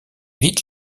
vite